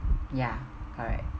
ya correct